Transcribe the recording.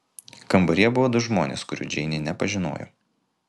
kambaryje buvo du žmonės kurių džeinė nepažinojo